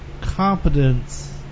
competence